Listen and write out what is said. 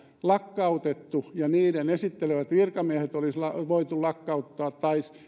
lakkautettu ja niiden esittelevät virkamiehet olisi voitu lakkauttaa tai